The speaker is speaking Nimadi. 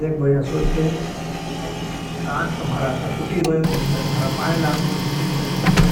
देख भाईया, सो चे अब कांट तम्हारा था, फुटी गए तो कहता थारा पाई लाग दें। नहीं कहता फिर